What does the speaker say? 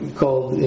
called